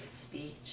speech